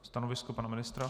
Stanovisko pana ministra?